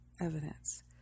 evidence